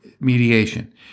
mediation